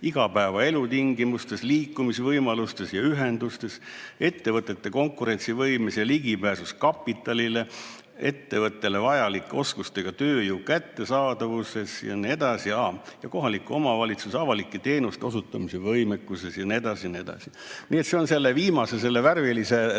igapäeva elutingimustest, liikumisvõimalustest ja ühendustest, ettevõtete konkurentsivõimelisest ligipääsust kapitalile, ettevõttele vajalike oskustega tööjõu kättesaadavusest, kohaliku omavalitsuse avalike teenuste osutamise võimekusest jne, jne. Nii et see on selle viimase värvilise tabeli